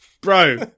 Bro